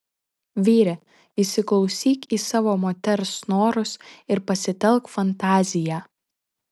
vyre įsiklausyk į savo moters norus ir pasitelk fantaziją